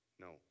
No